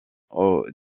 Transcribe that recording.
aux